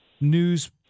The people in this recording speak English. news